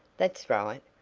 that's right.